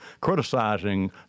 criticizing